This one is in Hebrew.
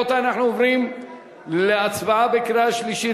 אנו עוברים להצבעה בקריאה שלישית,